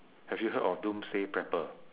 have you heard of doomsday pepper